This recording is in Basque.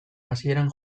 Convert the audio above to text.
hasieran